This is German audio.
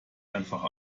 einfach